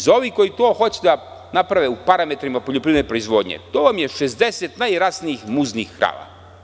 Za one koji to hoće da naprave u parametrima poljoprivredne proizvodnje, to vam je 60 najrasnijih muznih krava.